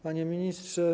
Panie Ministrze!